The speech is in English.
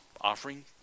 offering